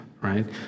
Right